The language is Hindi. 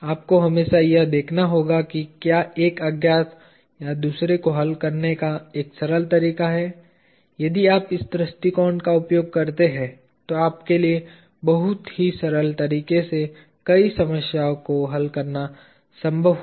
आपको हमेशा यह देखना होगा कि क्या एक अज्ञात या दूसरे को हल करने का एक सरल तरीका है यदि आप इस दृष्टिकोण का उपयोग करते हैं तो आपके लिए बहुत ही सरल तरीके से कई समस्याओं को हल करना संभव होगा